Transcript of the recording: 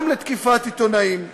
גם לתקיפת עיתונאים.